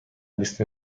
لیست